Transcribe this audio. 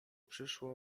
przyszło